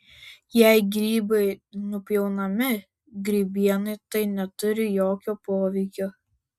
jei grybai nupjaunami grybienai tai neturi jokio poveikio